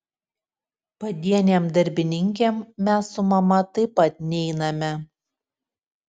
padienėm darbininkėm mes su mama taip pat neiname